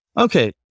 Okay